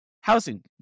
housing